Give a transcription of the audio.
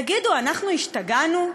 תגידו, אנחנו השתגענו?